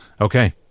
okay